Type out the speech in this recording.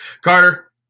Carter